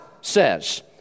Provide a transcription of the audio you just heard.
says